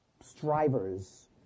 strivers